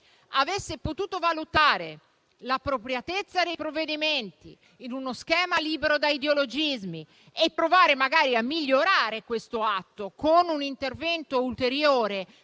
avesse potuto valutare l’appropriatezza dei provvedimenti, in uno schema libero da ideologismi, provando magari a migliorare questo atto, con un intervento ulteriore,